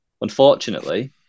unfortunately